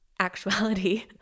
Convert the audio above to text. Actuality